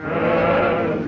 ah